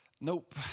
nope